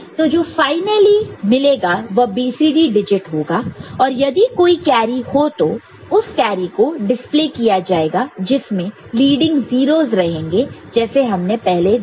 तो जो फाइनली मिलेगा वह BCD डिजिट होगा और यदि कोई कैरी हो तो उस कैरी को डिस्प्ले किया जाएगा जिसमें लीडिंग 0's रहेंगे जैसे हमने पहले दिखाया था